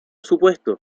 supuesto